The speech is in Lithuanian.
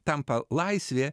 tampa laisvė